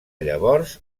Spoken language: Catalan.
llavors